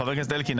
חבר הכנסת אלקין,